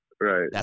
Right